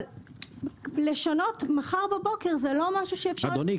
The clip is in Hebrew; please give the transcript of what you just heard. אבל לשנות מחר בבוקר זה לא משהו שאפשר -- אדוני,